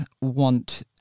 want